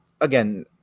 again